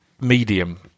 medium